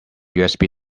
usb